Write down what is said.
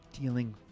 dealing